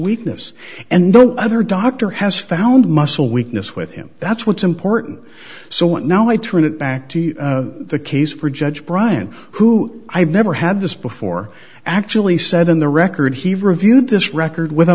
weakness and the other doctor has found muscle weakness with him that's what's important so what now i turn it back to the case for judge bryant who i've never had this before actually said in the record he reviewed this record with a